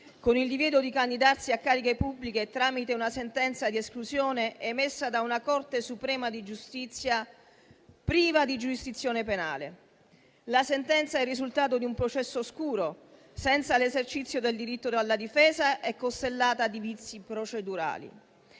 con il divieto di candidarsi a cariche pubbliche, tramite una sentenza di esclusione emessa da una Corte suprema di giustizia priva di giurisdizione penale. La sentenza è il risultato di un processo oscuro, senza l'esercizio del diritto alla difesa, ed è costellata di vizi procedurali.